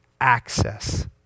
access